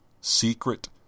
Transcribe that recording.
secret